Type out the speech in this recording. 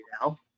now